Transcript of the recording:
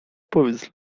powiedz